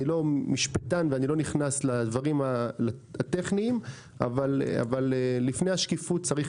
אני לא משפטן ולא נכנס לדברים הטכניים אבל לפני השקיפות צריך